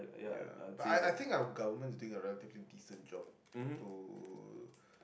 ya but I I think our government is doing a relatively decent job to